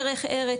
דרך ארץ,